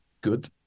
good